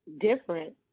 Different